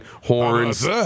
horns